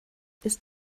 ist